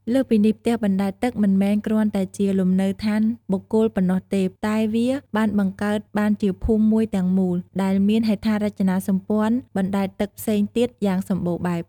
លើសពីនេះ ផ្ទះបណ្ដែតទឹកមិនមែនគ្រាន់តែជាលំនៅឋានបុគ្គលប៉ុណ្ណោះទេ តែវាបានបង្កើតបានជាភូមិមួយទាំងមូល ដែលមានហេដ្ឋារចនាសម្ព័ន្ធបណ្ដែតទឹកផ្សេងទៀតយ៉ាងសម្បូរបែប។